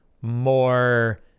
more